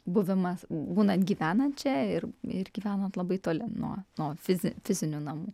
buvimas būnant gyvenant čia ir ir gyvenant labai toli nuo nuo fizin fizinių namų